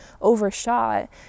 overshot